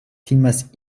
timas